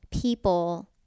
people